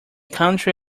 country